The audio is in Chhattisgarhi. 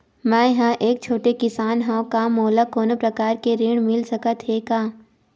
मै ह एक छोटे किसान हंव का मोला कोनो प्रकार के ऋण मिल सकत हे का?